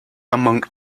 among